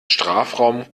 strafraum